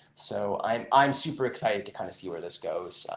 so i'm i'm super excited to kind of see where this goes,